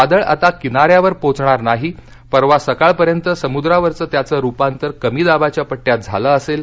वादळ आता किना यावर पोचणार नाही परवा सकाळपर्यंत समुद्रावरंव त्याचं रुपांतर कमी दाबाच्या पट्टयात झालं असेल